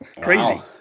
Crazy